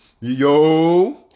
Yo